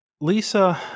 Lisa